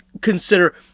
consider